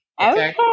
Okay